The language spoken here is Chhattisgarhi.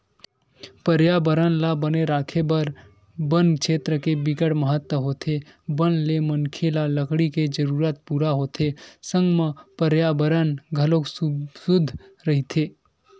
परयाबरन ल बने राखे बर बन छेत्र के बिकट महत्ता होथे बन ले मनखे ल लकड़ी के जरूरत पूरा होथे संग म परयाबरन घलोक सुद्ध रहिथे